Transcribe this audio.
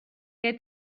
què